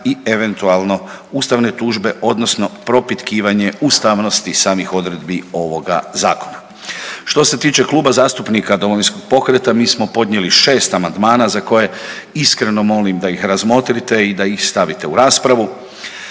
i eventualno ustavne tužbe, odnosno propitkivanje ustavnosti samih odredbi ovoga zakona. Što se tiče Kluba zastupnika Domovinskog pokreta mi smo podnijeli 6 amandmana za koje iskreno molim da ih razmotrite i da ih stavite u raspravu.